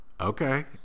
Okay